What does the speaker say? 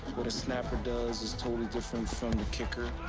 what a snapper does is totally different from the kicker,